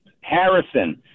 Harrison